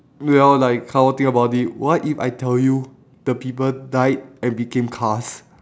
well like come on think about it what if I tell you the people died and became cars